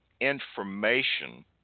information